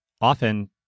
often